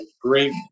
great